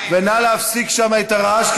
ונא להפסיק שם את הרעש,